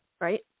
Right